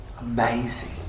amazing